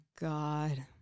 God